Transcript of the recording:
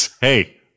Hey